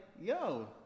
yo